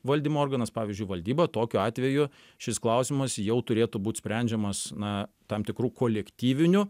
valdymo organas pavyzdžiui valdyba tokiu atveju šis klausimas jau turėtų būt sprendžiamas na tam tikru kolektyviniu